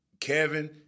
Kevin